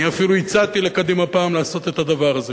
אני אפילו הצעתי לקדימה פעם לעשות את הדבר הזה.